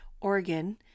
Oregon